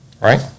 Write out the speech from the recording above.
right